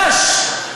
לאש.